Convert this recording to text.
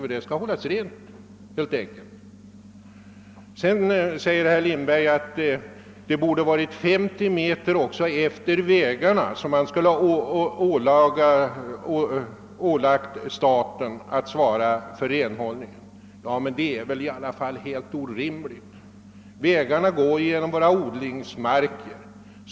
Området skall helt enkelt hållas rent. Herr Lindberg sade att staten borde ha skyldighet att hålla rent 50 meter på varje sida om vägarna, men det är väl ändå helt orimligt. Vägarna går ju ofta genom odlade marker.